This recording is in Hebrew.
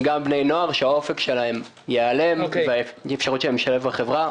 גם בני נוער שהאופק שלהם ייעלם והאפשרות שלהם להשתלב בחברה תימחק.